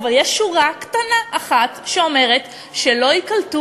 אבל יש שורה קטנה אחת שאומרת שלא ייקלטו